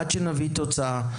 עד שנביא תוצאה.